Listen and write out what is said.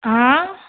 हा